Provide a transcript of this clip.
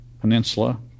peninsula